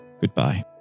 goodbye